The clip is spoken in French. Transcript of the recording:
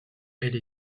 elle